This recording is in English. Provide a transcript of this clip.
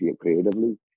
creatively